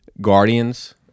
guardians